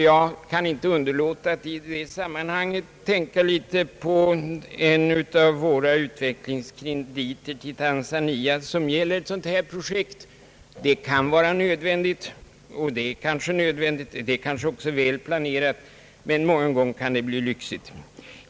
Jag kan i detta sammanhang inte underlåta att fundera över en av våra utvecklingskrediter till Tanzania, som gäller just ett sådant projekt. Det kan vara ett nödvändigt projekt och är kanske också välplanerat, men många gånger kan ett dylikt projekt bli lyxbetonat.